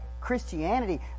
Christianity